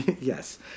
Yes